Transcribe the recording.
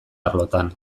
arlotan